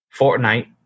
Fortnite